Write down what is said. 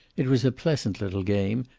it was a pleasant little game,